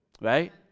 right